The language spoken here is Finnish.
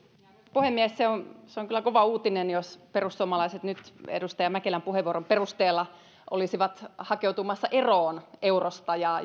puhemies se on kyllä kova uutinen jos perussuomalaiset nyt edustaja mäkelän puheenvuoron perusteella olisivat hakeutumassa eroon eurosta ja